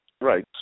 right